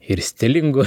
ir stilingų